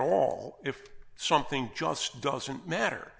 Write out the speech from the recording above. all if something just doesn't matter